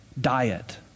diet